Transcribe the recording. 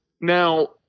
now